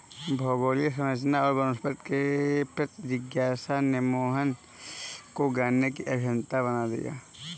भौगोलिक संरचना और वनस्पति के प्रति जिज्ञासा ने मोहन को गाने की अभियंता बना दिया